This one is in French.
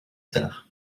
tard